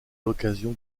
l’occasion